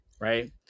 right